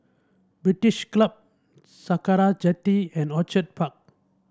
British Club Sakra Jetty and Orchid Park